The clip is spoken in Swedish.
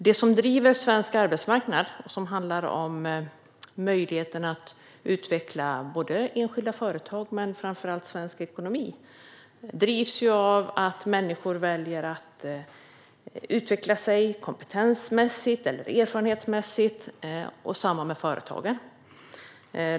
Det som driver svensk arbetsmarknad, och som handlar om möjligheten att utveckla enskilda företag och framför allt svensk ekonomi, är att människor väljer att utveckla sig kompetensmässigt eller erfarenhetsmässigt. Samma sak gäller företagen.